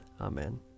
Amen